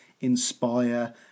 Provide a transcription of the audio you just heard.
inspire